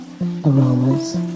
aromas